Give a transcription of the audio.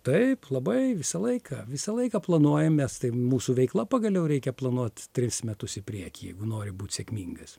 taip labai visą laiką visą laiką planuojam nes tai mūsų veikla pagaliau reikia planuot tris metus į priekį jeigu nori būt sėkmingas